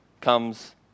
comes